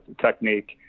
technique